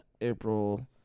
April